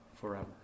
forever